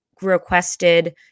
requested